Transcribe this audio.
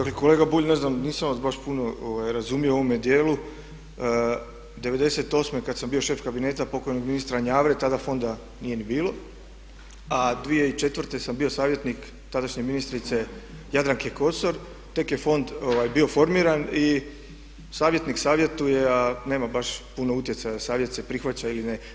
Dakle kolega Bulj, ne znam, nisam vas baš puno razumio u ovome dijelu, '98. kada sam bio šef kabineta pokojnog ministra Njavre tada fonda nije ni bilo a 2004. sam bio savjetnik tadašnje ministrice Jadranke Kosor, tek je fond bio formiran i savjetnik savjetuje a nema baš puno utjecaja, savjet se prihvaća ili ne.